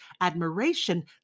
admiration